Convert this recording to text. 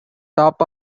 top